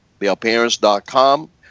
theappearance.com